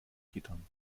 gittern